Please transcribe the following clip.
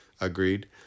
agreed